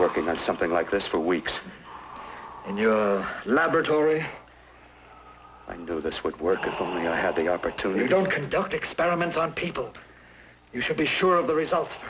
working on something like this for weeks in your laboratory i knew this would work for me i had the opportunity don't conduct experiments on people you should be sure of the results